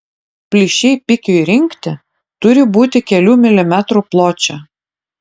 plyšiai pikiui rinkti turi būti kelių milimetrų pločio